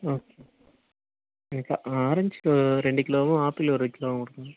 ம் ஆரஞ்சு ரெண்டு கிலோவும் ஆப்பிள் ஒரு கிலோவும்